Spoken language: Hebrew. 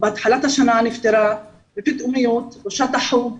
בהתחלת השנה נפטרה בפתאומיות ראשת החוג,